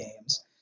games